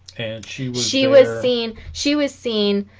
she she was seen she was seen